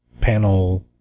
panel